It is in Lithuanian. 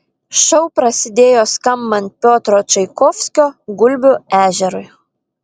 šou prasidėjo skambant piotro čaikovskio gulbių ežerui